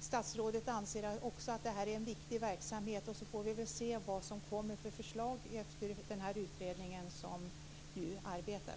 statsrådet också anser att det här är en viktig verksamhet, och vi får se vilka förslag som kommer efter den utredning som nu arbetar.